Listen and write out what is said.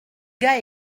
gars